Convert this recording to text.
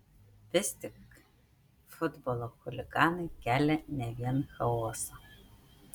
vis tik futbolo chuliganai kelia ne vien chaosą